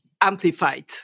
amplified